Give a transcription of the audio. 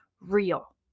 real